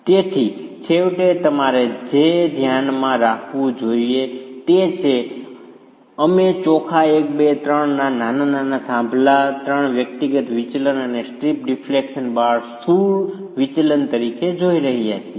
તેથી છેવટે તમારે જે ધ્યાનમાં રાખવું જોઈએ તે છે કે અમે ચોખ્ખા 1 2 અને 3 ના નાના થાંભલાના 3 વ્યક્તિગત વિચલન અને સ્ટ્રીપ ડિફ્લેક્શન બાદ સ્થૂળ વિચલન તરીકે જોઈ રહ્યા છીએ